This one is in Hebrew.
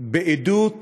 בעדות אישית,